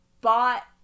bought